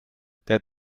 der